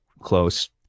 close